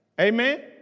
Amen